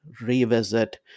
revisit